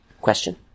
Question